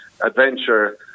adventure